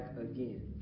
again